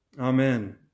Amen